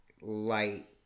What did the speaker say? light